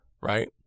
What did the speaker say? right